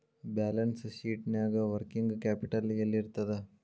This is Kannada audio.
ಬ್ಯಾಲನ್ಸ್ ಶೇಟ್ನ್ಯಾಗ ವರ್ಕಿಂಗ್ ಕ್ಯಾಪಿಟಲ್ ಯೆಲ್ಲಿರ್ತದ?